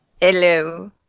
Hello